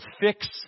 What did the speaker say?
fix